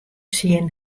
syn